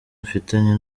mfitanye